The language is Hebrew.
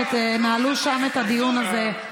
ותנהלו שם את הדיון הזה.